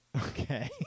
Okay